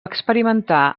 experimentar